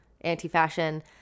anti-fashion